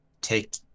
Take